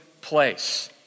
place